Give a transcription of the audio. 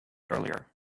earlier